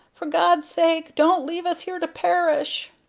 for god's sake, don't leave us here to perish!